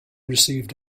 received